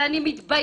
אבל אני מתביישת